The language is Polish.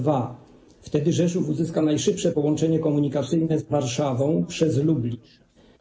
Wtedy Rzeszów uzyska najszybsze połączenie komunikacyjne z Warszawą przez Lublin.